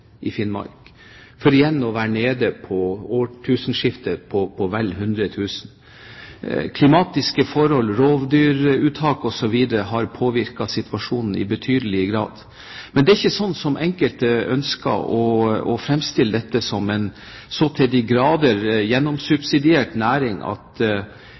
i Finnmark mer enn 200 000, for igjen, ved årtusenskiftet, å være nede på vel 100 000. Klimatiske forhold, rovdyruttak osv. har påvirket situasjonen i betydelig grad. Men det er ikke slik som enkelte ønsker å fremstille dette, at det er en så til de grader gjennomsubsidiert næring at